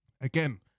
Again